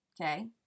okay